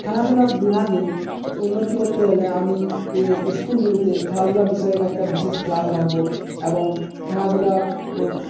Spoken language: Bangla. খেলাধুলা বিভাগে উন্নতি করতে হলে আমি স্কুলগুলিতে খেলাধুলা বিষয়ক একটা বিশেষ ক্লাস রাখবো এবং খেলাধুলার